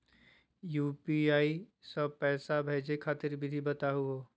UPI स पैसा भेजै खातिर विधि बताहु हो?